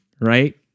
right